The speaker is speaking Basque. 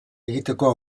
egiteko